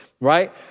right